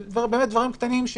דברים קטנים,